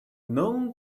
known